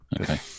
okay